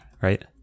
right